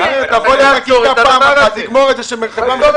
תבוא פעם אחת ותגמור את זה שחברת מקורות